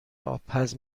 آبپز